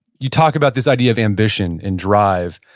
you talk about this idea of ambition and drive,